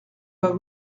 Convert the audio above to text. pas